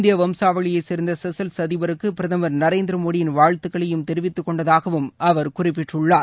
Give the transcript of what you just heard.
இந்திய வம்சாவழியைச் சேர்ந்த செஸல்ஸ் அதிபருக்கு பிரதமர் நரேந்திர மோடியின் வாழ்த்துக்களையும் தெரிவித்துக்கொண்டதாகவும் அவர் குறிப்பிட்டுள்ளார்